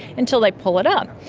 until they pull it up.